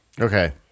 Okay